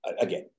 Again